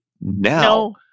now